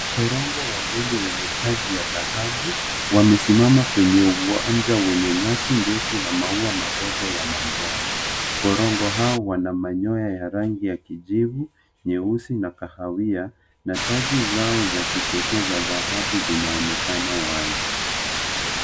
Korongo wawili wenye taji ya dhahabu wamesimama kwenye uwanja wenye nyasi ndefu na maua madogo ya manjano. Korongo hao wana manyoya ya rangi ya kijivu, nyeusi na kahawia na taji zao za kipekee za dhahabu zinaonekana wazi.